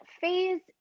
phase